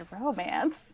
romance